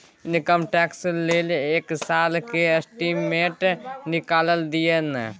Income tax ल एक साल के स्टेटमेंट निकैल दियो न?